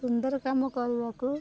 ସୁନ୍ଦର କାମ କରିବାକୁ